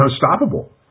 unstoppable